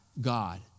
God